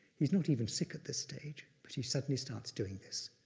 he's not even sick at this stage, but he suddenly starts doing this.